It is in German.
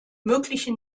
mögliche